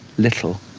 little,